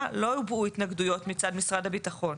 לא הובעו התנגדויות מצד משרד הביטחון?